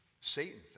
Satan